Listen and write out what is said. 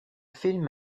film